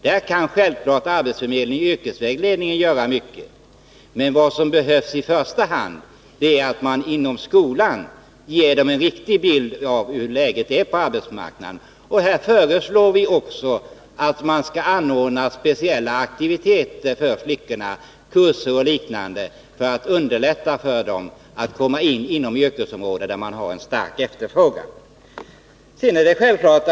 Där kan självfallet yrkesvägledning i arbetsförmedlingen göra mycket, men vad som behövs i första hand är att man redan inom skolan ger dem en riktig bild av läget på arbetsmarknaden. Vi föreslår också att speciella aktiviteter för flickorna — kurser och liknande — skall anordnas för att underlätta för dem att komma in på yrkesområden med stark efterfrågan på arbetskraft.